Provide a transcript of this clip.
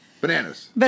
Bananas